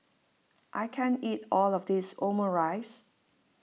I can't eat all of this Omurice